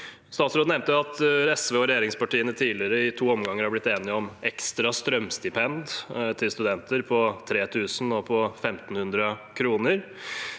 Statsråden nevnte at SV og regjeringspartiene tidligere, i to omganger, har blitt enige om ekstra strømstipend til studenter, på 3 000 kr og på 1 500 kr.